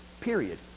period